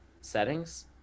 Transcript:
settings